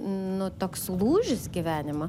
nu toks lūžis gyvenimo